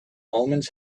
omens